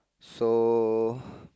so